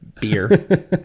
Beer